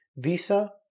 Visa